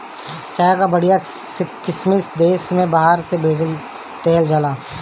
चाय कअ बढ़िया किसिम देस से बहरा भेज देहल जाला